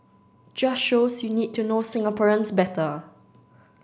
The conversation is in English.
just shows you need to know Singaporeans better